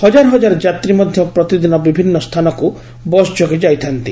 ହଜାର ହଜାର ଯାତ୍ରୀ ମଧ୍ଧ ପ୍ରତିଦିନ ବିଭିନ୍ନ ସ୍ଥାନକୁ ବସ୍ଯୋଗେ ଯାଇଥାନ୍ତି